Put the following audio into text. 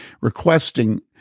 requesting